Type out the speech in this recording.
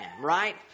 right